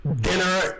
dinner